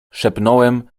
szepnąłem